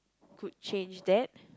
could change that